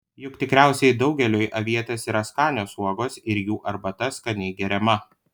juk tikriausiai daugeliui avietės yra skanios uogos ir jų arbata skaniai geriama